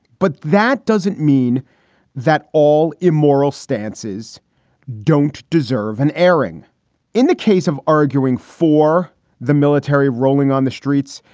but that doesn't mean that all immoral stances don't deserve an airing in the case of arguing for the military rolling on the streets.